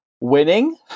winning